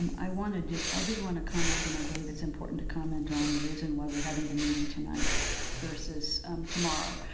i wanted to, i did wanna comment and i believe it's important to comment on the reason why we're having the meeting tonight versus tomorrow.